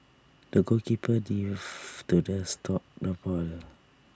the goalkeeper dived to the stop the ball